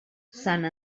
sant